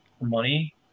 money